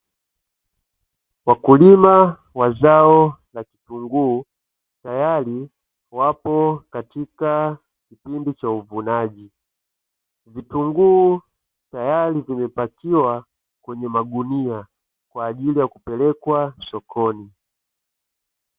Wakulima wa zao la kitunguu tayari wapo katika kipindi cha uvunaji vitunguu tayari vimepakiwa kwenye magunia kwa ajili ya kupelekwa sokoni.